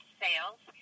sales